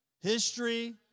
history